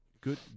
good